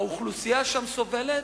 האוכלוסייה שם סובלת,